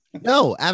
no